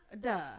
duh